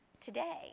today